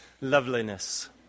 loveliness